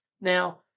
Now